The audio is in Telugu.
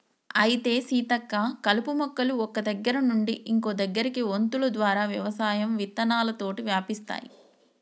అయితే సీతక్క కలుపు మొక్కలు ఒక్క దగ్గర నుండి ఇంకో దగ్గరకి వొంతులు ద్వారా వ్యవసాయం విత్తనాలతోటి వ్యాపిస్తాయి